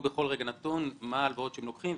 בכל רגע נתון מה ההלוואות שהם לוקחים,